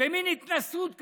במין התנשאות כזאת,